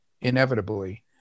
inevitably